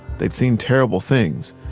they'd seen terrible things,